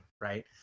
Right